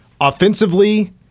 Offensively